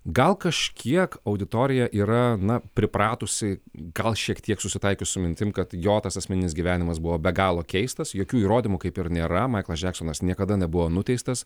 gal kažkiek auditorija yra na pripratusi gal šiek tiek susitaikius su mintim kad jo tas asmeninis gyvenimas buvo be galo keistas jokių įrodymų kaip ir nėra maiklas džeksonas niekada nebuvo nuteistas